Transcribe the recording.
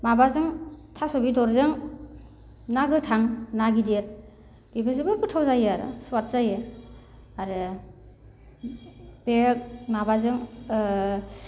माबाजों थास' बेदरजों ना गोथां ना गिदिर बेबो जोबोद गोथाव जायो स्वाद जायो आरो बे माबाजों ओ